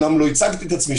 אומנם לא הצגתי את עצמי,